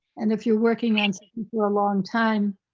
and if you're working on for a long time,